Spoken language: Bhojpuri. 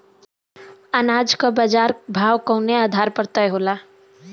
अनाज क बाजार भाव कवने आधार पर तय होला?